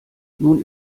nun